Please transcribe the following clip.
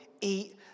eat